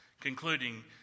concluding